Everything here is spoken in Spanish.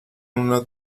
una